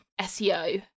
SEO